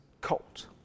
colt